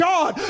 God